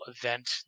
event